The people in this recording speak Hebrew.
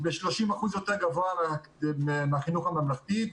הוא ב-30% יותר גבוה מהחינוך הממלכתי,